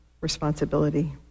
responsibility